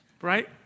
Right